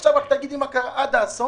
עכשיו רק תגידי מה קרה עד האסון.